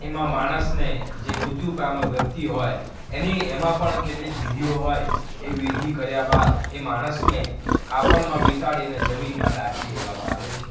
એમાં માણસને જે મૃત્યુ પામેલો વ્યક્તિ હોય એની એમાં પણ કેટલીક વિધિઓ હોય એ વિધિ કર્યાં બાદ એ માણસને કાપડમાં વિંટાળી અને જમીનમાં દાટી દેવામાં આવે છે